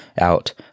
out